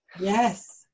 Yes